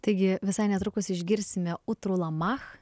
taigi visai netrukus išgirsime utrulamach